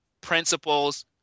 principles